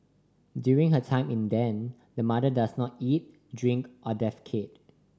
during her time in the den the mother does not eat drink or defecate